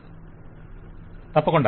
client తప్పకుండా